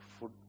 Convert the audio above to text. food